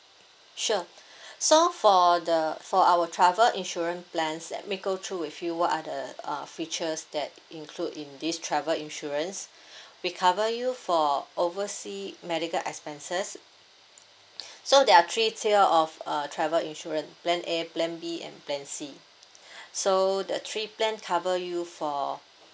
sure so for the for our travel insurance plans let me go through with you what are the uh features that include in this travel insurance we cover you for oversea medical expenses so there are three tier of uh travel insurance plan A plan B and plan C so the three plan cover you for